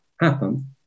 happen